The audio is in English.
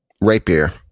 Rapier